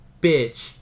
bitch